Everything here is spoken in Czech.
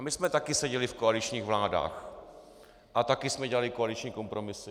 My jsme taky seděli v koaličních vládách a taky jsme dělali koaliční kompromisy.